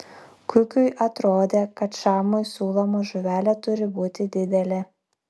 kukiui atrodė kad šamui siūloma žuvelė turi būti didelė